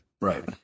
Right